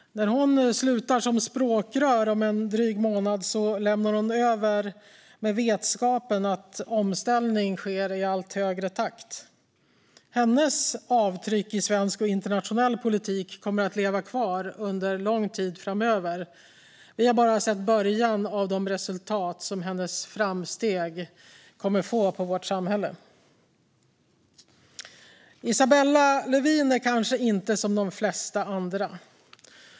När hon slutar som språkrör om en dryg månad lämnar hon över med vetskapen att omställning sker i allt högre takt. Hennes avtryck i svensk och internationell politik kommer att leva kvar under lång tid framöver; vi har bara sett början av de resultat som hennes framsteg kommer att få på vårt samhälle. Isabella Lövin är kanske inte som de flesta andra.